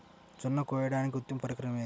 జొన్న కోయడానికి ఉత్తమ పరికరం ఏది?